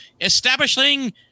establishing